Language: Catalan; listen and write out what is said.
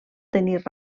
tenir